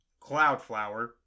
Cloudflower